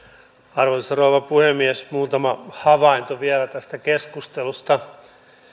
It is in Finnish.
arvoisa rouva puhemies muutama havainto vielä tästä keskustelusta